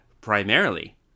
primarily